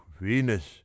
venus